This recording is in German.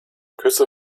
küsse